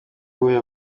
ubuhe